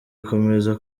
akomeza